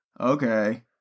okay